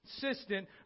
consistent